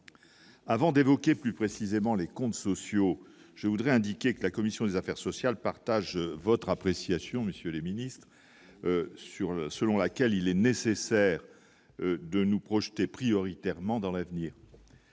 avant d'évoquer plus précisément les comptes sociaux, je voudrais indiquer que la commission des affaires sociales partage votre appréciation, Monsieur le Ministre sur selon laquelle il est nécessaire de nous projeter prioritairement dans l'avenir.